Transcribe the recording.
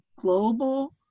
global